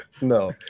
No